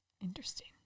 Interesting